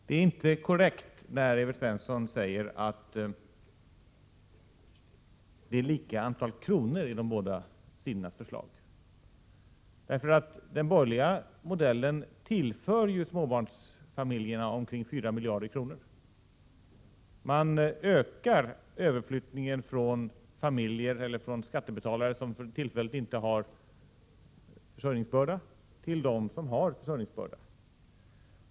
Det är inte korrekt när Evert Svensson säger att det är lika antal kronor i de båda sidornas förslag, därför att den borgerliga modellen tillför ju småbarnsfamiljerna omkring 4 miljarder kronor. Man ökar överflyttningen från skattebetalare som för tillfället inte har försörjningsbörda till dem som har försörjningsbörda.